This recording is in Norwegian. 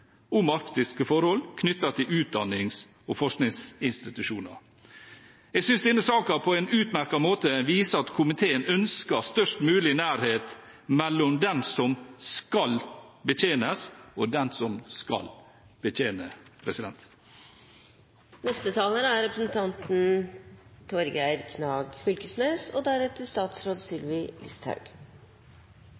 om arktiske forhold, knyttet til utdannings- og forskningsinstitusjoner. Jeg syns denne saken på en utmerket måte viser at komiteen ønsker størst mulig nærhet mellom den som skal betjenes, og den som skal betjene. Bakteppet her er